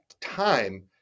time